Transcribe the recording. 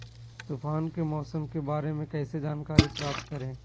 तूफान के मौसम के बारे में कैसे जानकारी प्राप्त करें?